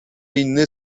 inny